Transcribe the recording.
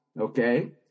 okay